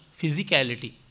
physicality